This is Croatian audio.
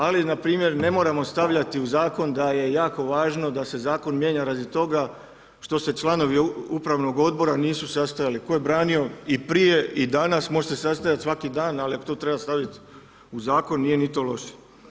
Ali npr. ne moramo stavljati u zakon da je jako važno da se zakon mijenja radi toga što se članovi upravnog odbora nisu sastajali, tko je braniti i prije i danas, možete se sastajati svaki dan ali ako to treba staviti u zakon nije ni to loše.